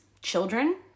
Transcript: children